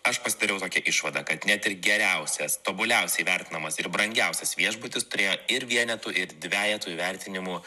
aš pasidariau tokią išvadą kad net ir geriausias tobuliausiai vertinamas ir brangiausias viešbutis turėjo ir vienetu ir dvejetu įvertinimų